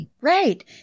Right